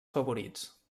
favorits